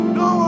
no